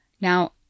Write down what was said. Now